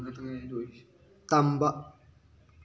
ꯇꯝꯕ